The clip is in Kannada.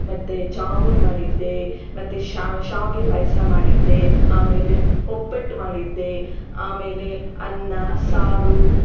ಮತ್ತೆ ಜಾಮೂನು ಮಾಡಿದ್ದೆ ಮತ್ತೆ ಶಾ ಶಾವಿಗೆ ಪಾಯಸ ಮಾಡಿದ್ದೆ ಆಮೇಲೆ ಒಬ್ಬಟ್ಟು ಮಾಡಿದ್ದೆ ಆಮೇಲೆ ಅನ್ನ ಸಾರು